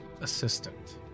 assistant